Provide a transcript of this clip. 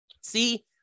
See